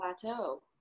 plateau